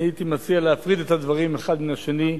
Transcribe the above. אני הייתי מציע להפריד את הדברים האחד מן השני.